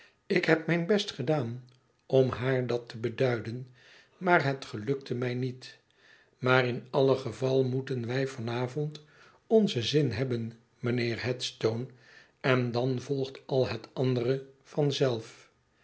ik heb mijn best gedaan om haar dat te beduiden maar het gelukte mij niet maar in alle geval moeten wij van avond onzen zin hebben mijnheer headstone en dan volgt al het andere